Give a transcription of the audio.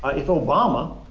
ah if obama,